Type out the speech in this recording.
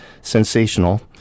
sensational